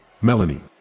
Melanie